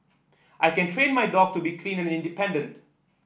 I can train my dog to be clean and independent